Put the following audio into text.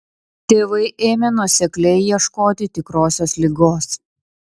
tėvai ėmė nuosekliai ieškoti tikrosios ligos